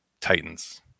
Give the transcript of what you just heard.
titans